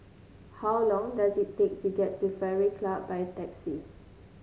how long does it take to get to Fairway Club by taxi